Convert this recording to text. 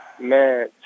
Man